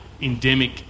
endemic